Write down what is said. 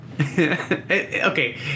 Okay